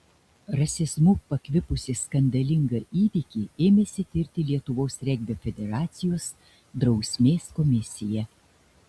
rasizmu pakvipusį skandalingą įvykį ėmėsi tirti lietuvos regbio federacijos drausmės komisija